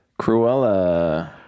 Cruella